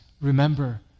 remember